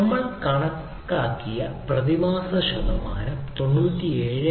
നമ്മൾ കണക്കാക്കിയ പ്രതിമാസ സമയ ശതമാനം 97